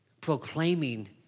proclaiming